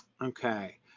okay